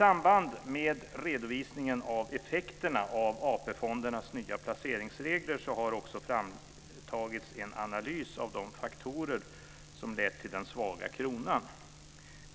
AP-fondernas nya investeringsregler har det också framtagits en analys av de faktorer som lett till den svaga kronan.